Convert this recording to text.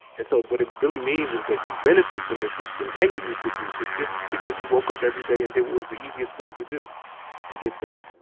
so what it really means is that you benefit from this system and you reproduce it just because you woke up everyday and did what was the easiest thing to do to get through.